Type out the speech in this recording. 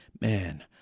Man